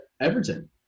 Everton